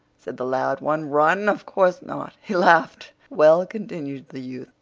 said the loud one run of course not! he laughed. well, continued the youth,